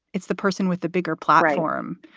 it's the person with the bigger platform.